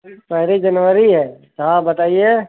फिर पहली जनवरी है हाँ बताइए